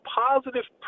positive